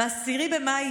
ב-10 במאי,